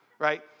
Right